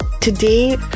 today